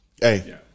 Hey